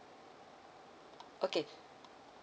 okay